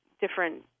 different